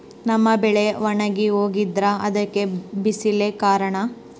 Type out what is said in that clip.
ನಮ್ಮ ಬೆಳೆ ಒಣಗಿ ಹೋಗ್ತಿದ್ರ ಅದ್ಕೆ ಬಿಸಿಲೆ ಕಾರಣನ?